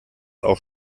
auch